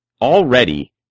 already